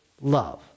love